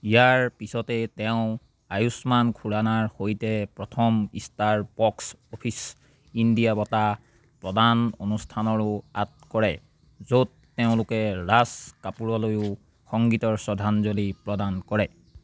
ইয়াৰ পিছতে তেওঁ আয়ুষ্মান খুৰানাৰ সৈতে প্ৰথম ষ্টাৰ বক্স অফিচ ইণ্ডিয়া বঁটা প্ৰদান অনুষ্ঠানৰো আঁত কৰে য'ত তেওঁলোকে ৰাজ কাপুৰলৈও সংগীতৰ শ্ৰদ্ধাঞ্জলি প্ৰদান কৰে